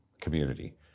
Community